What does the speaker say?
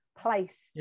place